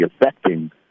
affecting